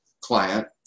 client